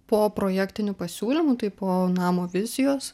po projektinių pasiūlymų tai po namo vizijos